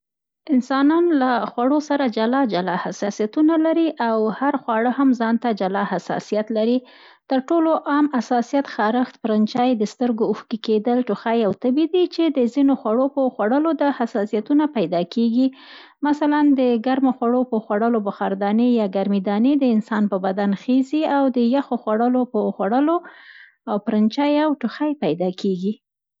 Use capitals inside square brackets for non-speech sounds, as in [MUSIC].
انسانان له خوړو سره جلا جلا حساسیتونه لري او هر خواړه هم ځان ته جلا حساسیت لري. [NOISE] تر ټولو عام حساسیت خارښت، پرنچی، د سترګو اوښکې کېدل، توخی او تبې دي، چې د ځینو خوړو په خوړلو دا حساسیتونه پیدا کېږي. مثلا، د ګرمو خوړو په خوړلو، بخار دانې یا ګرمي دانې د انسان په بدن خېزي او د یخو خوړو په خوړلو پرنچی او توخی پیدا کېږي.